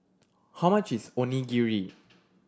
how much is Onigiri